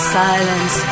silence